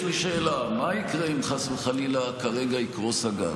יש לי שאלה: מה יקרה אם חס וחלילה יקרוס הגג כרגע?